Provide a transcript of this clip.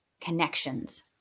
connections